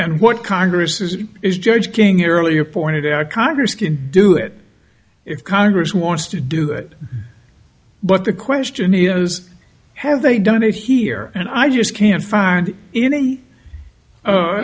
and what congress is is judge king earlier pointed out congress can do it if congress wants to do it but the question is have they done it here and i just can't find any a